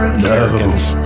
Americans